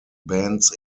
bands